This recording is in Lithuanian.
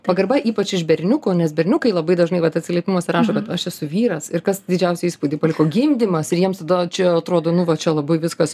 pagarba ypač iš berniukų nes berniukai labai dažnai vat atsiliepimuose rašo kad aš esu vyras ir kas didžiausią įspūdį paliko gimdymas ir jiems tada čia atrodo nu va čia labai viskas